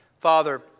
Father